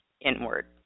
inward